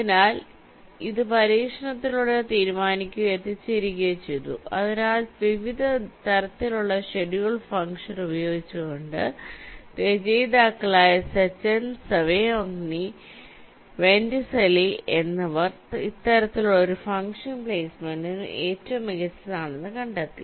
അതിനാൽ ഇത് പരീക്ഷണത്തിലൂടെ തീരുമാനിക്കുകയോ എത്തിച്ചേരുകയോ ചെയ്തു അതിനാൽ വിവിധ തരത്തിലുള്ള ഷെഡ്യൂൾ ഫംഗ്ഷൻ ഉപയോഗിച്ചുകൊണ്ട് രചയിതാക്കളായ സെചെൻ സംഗിയോവന്നി വിൻസെന്റെല്ലി എന്നിവർ ഇത്തരത്തിലുള്ള ഒരു ഫംഗ്ഷൻ പ്ലെയ്സ്മെന്റിന് ഏറ്റവും മികച്ചതാണെന്ന് കണ്ടെത്തി